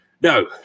No